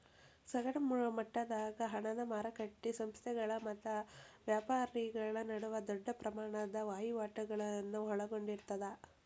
ಸಗಟ ಮಟ್ಟದಾಗ ಹಣದ ಮಾರಕಟ್ಟಿ ಸಂಸ್ಥೆಗಳ ಮತ್ತ ವ್ಯಾಪಾರಿಗಳ ನಡುವ ದೊಡ್ಡ ಪ್ರಮಾಣದ ವಹಿವಾಟುಗಳನ್ನ ಒಳಗೊಂಡಿರ್ತದ